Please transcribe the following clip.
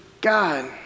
God